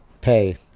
pay